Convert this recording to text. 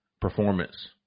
performance